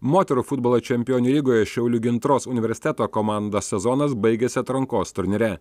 moterų futbolo čempionių lygoje šiaulių gintros universiteto komandos sezonas baigėsi atrankos turnyre